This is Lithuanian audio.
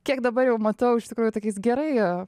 kiek dabar jau matau iš tikrųjų tokiais gerai